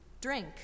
drink